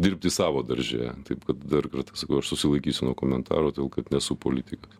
dirbti savo darže taip kad dar kartą susilaikysiu nuo komentarų todėl kad nesu politikas